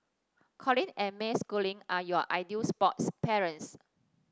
Colin and May Schooling are your ideal sports parents